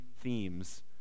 themes